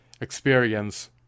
experience